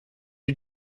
you